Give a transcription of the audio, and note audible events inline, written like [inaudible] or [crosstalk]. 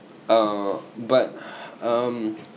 uh but [breath] um